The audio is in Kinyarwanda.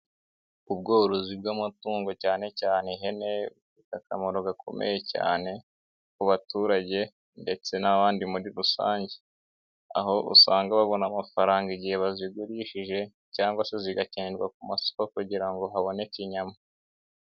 Ubworozi bw'amatungo cyane cyane ihene bufite akamaro gakomeye cyane ku baturage ndetse n'abandi muri rusange, aho usanga babona amafaranga igihe bazigurishije cyangwa se zigakenerwa ku masoko kugira ngo haboneke inyama.